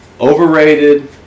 Overrated